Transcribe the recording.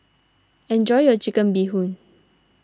enjoy your Chicken Bee Hoon